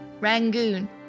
Rangoon